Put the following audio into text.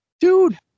dude